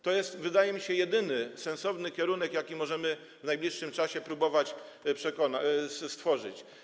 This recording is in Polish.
To jest, wydaje mi się, jedyny sensowny kierunek, jaki możemy w najbliższym czasie próbować obrać.